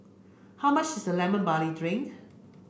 how much is the lemon barley drink